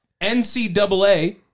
NCAA